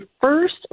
first